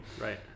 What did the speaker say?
Right